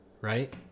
right